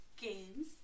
games